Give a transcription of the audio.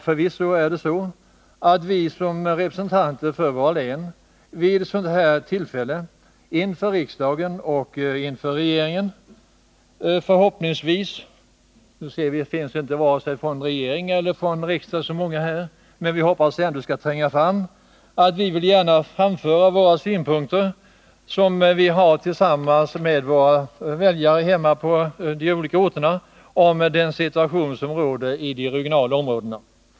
Förvisso är det så att vi som representanter för våra län vid ett sådant här tillfälle inför riksdagen och inför representanter för regeringen — jag ser nu att det inte finns så många representanter här för vare sig riksdag eller regering, men förhoppningsvis skall det som sägs ändå nå fram till dem — gärna vill framföra våra och våra väljares synpunkter på den situation som råder i våra resp. regioner.